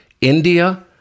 India